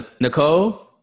Nicole